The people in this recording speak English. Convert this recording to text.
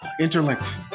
Interlinked